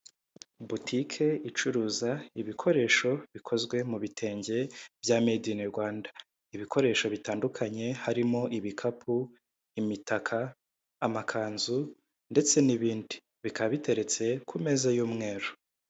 Butike icuruza ibikoresho bikozwe mu bitenge bya medi ini Rwanda. Ibikoresho bitandukanye harimo ibikapu, imitaka, amakanzu ndetse n'ibindi. Bikaba biteretse ku meza y'umweru.